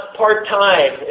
part-time